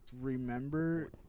remember